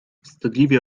wstydliwie